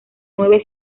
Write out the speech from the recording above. nueve